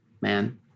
man